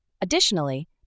Additionally